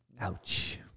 Ouch